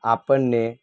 આપણને